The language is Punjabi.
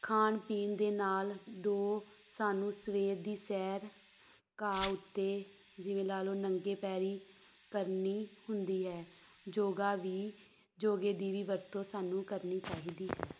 ਖਾਣ ਪੀਣ ਦੇ ਨਾਲ ਦੋ ਸਾਨੂੰ ਸਵੇਰ ਦੀ ਸੈਰ ਘਾਹ ਉੱਤੇ ਜਿਵੇਂ ਲਾ ਲਓ ਨੰਗੇ ਪੈਰੀਂ ਕਰਨੀ ਹੁੰਦੀ ਹੈ ਯੋਗਾ ਵੀ ਯੋਗੇ ਦੀ ਵੀ ਵਰਤੋਂ ਸਾਨੂੰ ਕਰਨੀ ਚਾਹੀਦੀ ਹੈ